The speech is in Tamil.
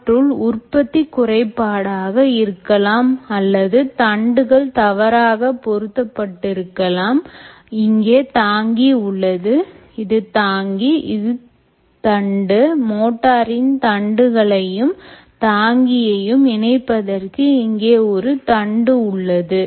அவற்றுள் உற்பத்தி குறைபாடாக இருக்கலாம் அல்லது தண்டுகள் தவறாக பொருத்தப் பட்டிருக்கலாம் இங்கே தாங்கி உள்ளது இது தாங்கி இது தண்டு மோட்டாரின் தண்டுகளையும் தாங்கியையும் இணைப்பதற்காக இங்கே ஒரு தண்டு உள்ளது